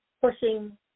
pushing